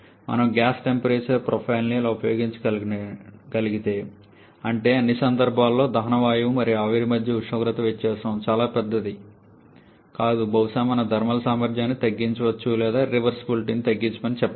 మనం gas temperature ప్రొఫైల్ని ఇలా ఉపయోగించగలిగితే అంటే అన్ని సందర్భాల్లో దహన వాయువు మరియు ఆవిరి మధ్య ఉష్ణోగ్రత వ్యత్యాసం చాలా పెద్దది కాదు బహుశా మనం థర్మల్ సామర్థ్యాన్ని తగ్గించవచ్చు లేదా ఇర్రివర్సబులిటీ ని తగ్గించమని చెప్పాలి